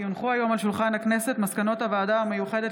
כי הונחו היום על שולחן הכנסת מסקנות הוועדה המיוחדת